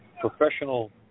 professional